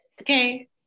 okay